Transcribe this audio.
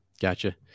gotcha